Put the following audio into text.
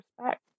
respect